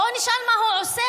בואו נשאל מה הוא עושה,